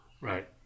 Right